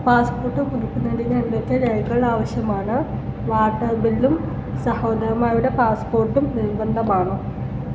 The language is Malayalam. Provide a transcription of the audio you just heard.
പാസ്പോർട്ട് പുതുക്കുന്നതിന് എന്തൊക്കെ രേഖകൾ ആവശ്യമാണ് വാട്ടർ ബില്ലും സഹോദരന്മാരുടെ പാസ്പോർട്ടും നിർബന്ധമാണോ